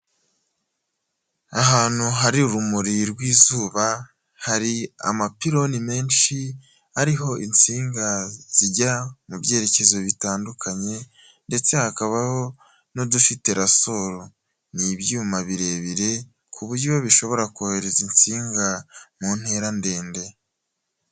Ahantu hari urumuri rw'izuba hari amapiloni menshi, ariho insinga zijyana umuriro mu byerekezo bitandukanye ndetse hakabaho n'udufite rasoro n'ibyuma birebire ku buryo bishobora kohereza insinga mu ntera ndende.